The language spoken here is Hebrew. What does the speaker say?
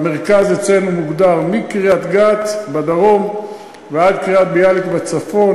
והמרכז אצלנו מוגדר מקריית-גת בדרום ועד קריית-ביאליק בצפון.